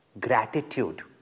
gratitude